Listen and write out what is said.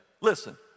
Listen